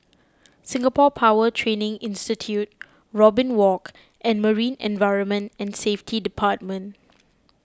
Singapore Power Training Institute Robin Walk and Marine Environment and Safety Department